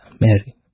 Mary